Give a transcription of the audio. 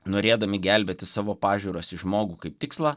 norėdami gelbėti savo pažiūras į žmogų kaip tikslą